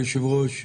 היושב-ראש,